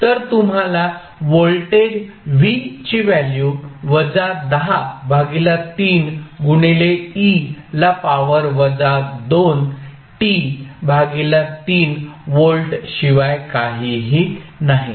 तर तुम्हाला voltage V ची व्हॅल्यू वजा 10 भागीला 3 गुणिले e ला पावर वजा 2t भागीला 3 व्होल्ट शिवाय काहीही नाही